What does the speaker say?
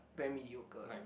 very mediocre lah